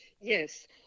Yes